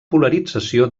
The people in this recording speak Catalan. polarització